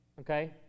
okay